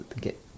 get